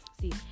see